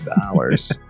dollars